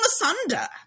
asunder